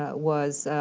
ah was,